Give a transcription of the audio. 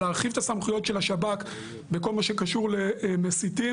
להרחיב את הסמכויות של השב"כ בכל מה שקשור למסיתים.